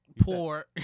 Poor